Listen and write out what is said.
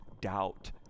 doubt